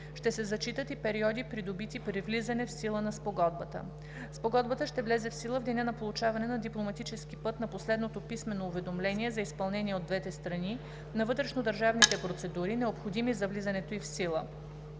Ще се зачитат и периоди, придобити преди влизане в сила на Спогодбата. Спогодбата ще влезе в сила в деня на получаване по дипломатически път на последното писмено уведомление за изпълнение от двете страни на вътрешнодържавните процедури, необходими за влизането ѝ в сила.